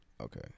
Okay